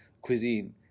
cuisine